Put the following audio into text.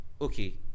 okay